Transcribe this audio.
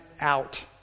out